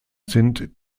sind